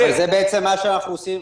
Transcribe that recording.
זה בעצם מה שאנחנו עושים.